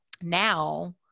now